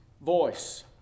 voice